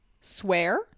swear